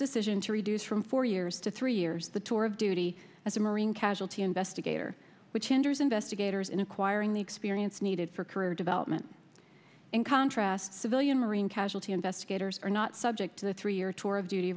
decision to reduce from four years to three years the tour of duty as a marine casualty invest gaiter which hinders investigators in acquiring the experience needed for career development in contrast civilian marine casualty investigators are not subject to the three year tour of duty